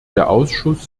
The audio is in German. ausschuss